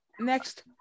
Next